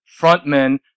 frontmen